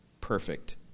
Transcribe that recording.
perfect